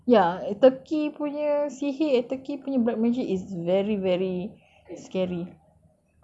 ya turkey punya sihir eh turkey punya black magic is very very scary